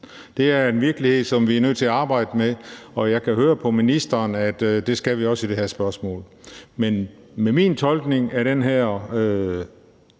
Det er en virkelighed, som vi er nødt til at arbejde med, og jeg kan høre på ministeren, at det skal vi også i det her spørgsmål. Men med min tolkning af den her